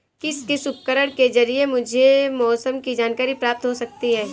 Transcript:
किस किस उपकरण के ज़रिए मुझे मौसम की जानकारी प्राप्त हो सकती है?